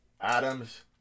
Adams